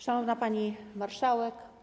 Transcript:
Szanowna Pani Marszałek!